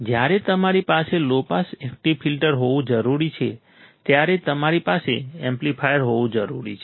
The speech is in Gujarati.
જ્યારે તમારી પાસે લો પાસ એકટીવ ફિલ્ટર હોવું જરૂરી છે ત્યારે તમારી પાસે એમ્પ્લીફાયર હોવું જરૂરી છે